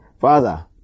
Father